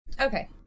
Okay